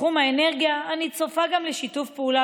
בתחום האנרגיה אני צופה שיתוף פעולה